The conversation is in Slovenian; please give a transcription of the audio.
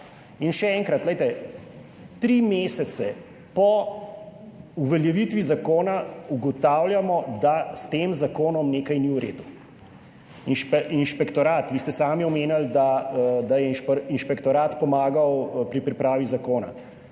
Še enkrat, tri mesece po uveljavitvi zakona ugotavljamo, da s tem zakonom nekaj ni v redu. Vi ste sami omenili, da je inšpektorat pomagal pri pripravi zakona,